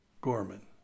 Gorman